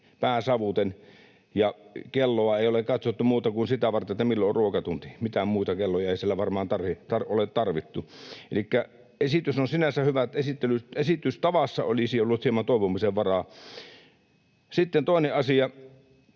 pää savuten ja kelloa ei ole katsottu muuta kuin sitä varten, milloin on ruokatunti — mitään muita kelloja ei siellä varmaan ole tarvittu. Elikkä esitys on sinänsä hyvä, esitystavassa olisi ollut hieman toivomisen varaa. Sitten toinen asia.